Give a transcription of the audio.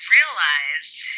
realized